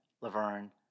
Laverne